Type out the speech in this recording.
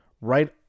right